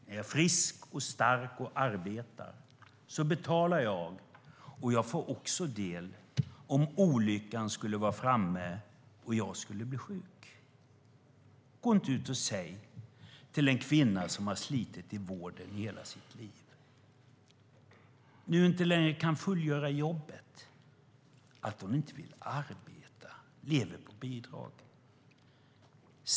När jag är frisk, stark och arbetar betalar jag, och jag får också del om olyckan skulle vara framme och jag skulle bli sjuk. Gå inte ut och säg till en kvinna som har slitit i vården i hela sitt liv när hon inte längre kan fullgöra jobbet att hon inte vill arbeta och lever på bidrag!